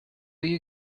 you